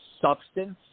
substance